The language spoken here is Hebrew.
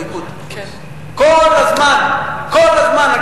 וגם הליכוד, מאוד מעניין.